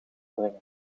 brengen